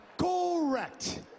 Correct